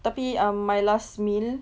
tapi um my last meal